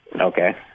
Okay